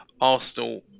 Arsenal